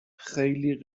خیلی